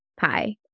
Hi